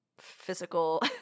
physical